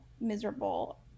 miserable